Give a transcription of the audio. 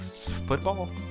Football